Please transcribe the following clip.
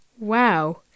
Wow